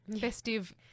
festive